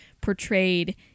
portrayed